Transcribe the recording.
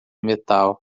metal